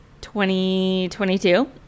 2022